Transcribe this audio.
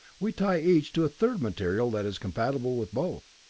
we tie each to a third material that is compatible with both.